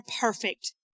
perfect